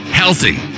healthy